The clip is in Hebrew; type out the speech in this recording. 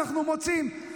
אנחנו מוצאים,